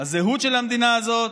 הזהות של המדינה הזאת.